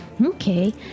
Okay